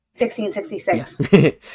1666